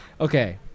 Okay